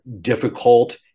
difficult